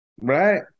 Right